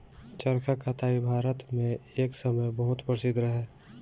चरखा कताई भारत मे एक समय बहुत प्रसिद्ध रहे